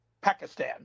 Pakistan